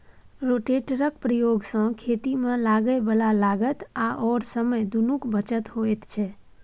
रोटेटरक प्रयोग सँ खेतीमे लागय बला लागत आओर समय दुनूक बचत होइत छै